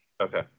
okay